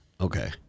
Okay